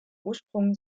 ursprung